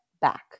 back